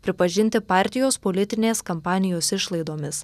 pripažinti partijos politinės kampanijos išlaidomis